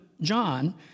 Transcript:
John